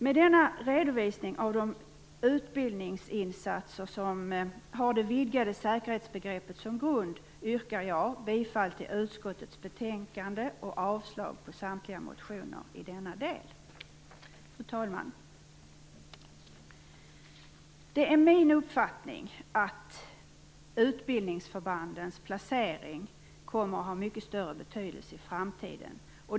Med denna redovisning av de utbildningsinsatser som har det vidgade säkerhetsbegreppet som grund yrkar jag bifall till hemställan i utskottets betänkande samt avslag på samtliga motioner i denna del. Fru talman! Det är min uppfattning att utbildningsförbandens placering kommer att ha mycket större betydelse i framtiden.